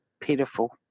pitiful